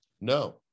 No